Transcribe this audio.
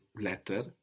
letter